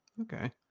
Okay